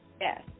Yes